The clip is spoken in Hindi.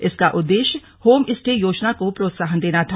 इसका उद्देश्य होम स्टे योजना को प्रोत्साहन देना था